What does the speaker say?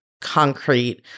concrete